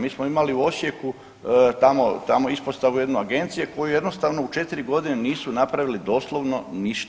Mi smo imali u Osijeku tamo, tamo ispostavu jednu agencije koju jednostavno u 4.g. nisu napravili doslovno ništa.